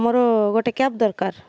ମୋର ଗୋଟେ କ୍ୟାବ୍ ଦରକାର